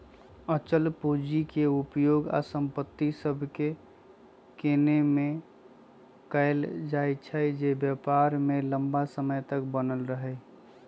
अचल पूंजी के उपयोग उ संपत्ति सभके किनेमें कएल जाइ छइ जे व्यापार में लम्मा समय तक बनल रहइ